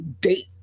date